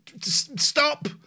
stop